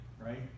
right